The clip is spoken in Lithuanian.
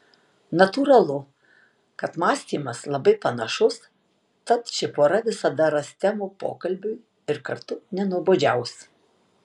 natūralu kad mąstymas labai panašus tad ši pora visada ras temų pokalbiui ir kartu nenuobodžiaus